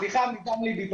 סליחה, הדברים יצאו מדם ליבי.